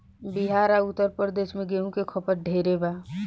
बिहार आ उत्तर प्रदेश मे गेंहू के खपत ढेरे बा